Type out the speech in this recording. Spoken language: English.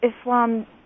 Islam